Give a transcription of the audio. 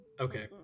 Okay